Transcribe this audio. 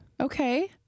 Okay